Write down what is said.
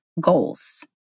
goals